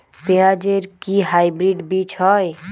পেঁয়াজ এর কি হাইব্রিড বীজ হয়?